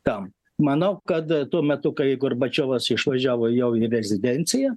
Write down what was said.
kam manau kad tuo metu kai gorbačiovas išvažiavo jau į rezidenciją